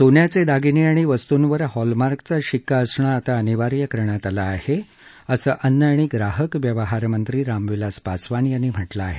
सोन्याचे दागिने आणि वस्तुंवर हॉलमार्कचा शिक्का असणं आता अनिवार्य करण्यात आलं आहे असं अन्न आणि ग्राहक व्यवहार मंत्री रामविलास पासवान यांनी म्हटलं आहे